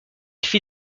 fit